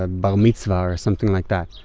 ah but mitzvah or something like that.